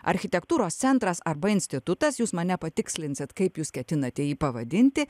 architektūros centras arba institutas jūs mane patikslinsit kaip jūs ketinate jį pavadinti